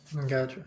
Gotcha